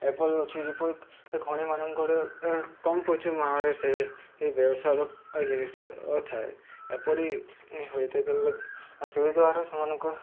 ଏପରି ଅଛି ଯେପରି ଖଣିମାନଙ୍କର କମ୍ ପଛୁ ମାରେ ସେ ବ୍ୟବସାୟାର ଜିନିଷ ଥାଏ ଏପରି ହୋଇଥାଏ କି ସେହି ଦ୍ୱାରା ସେମାନଙ୍କ